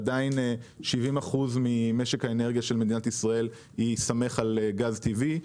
עדיין 70% ממשק האנרגיה של מדינת ישראל יסתמך על גז טבעי.